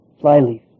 flyleaf